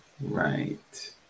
right